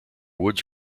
woods